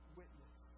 witness